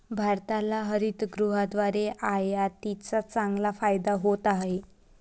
भारताला हरितगृहाद्वारे आयातीचा चांगला फायदा होत आहे